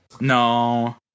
No